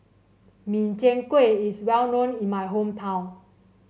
Min Chiang Kueh is well known in my hometown